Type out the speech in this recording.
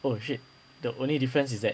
oh shit the only difference is that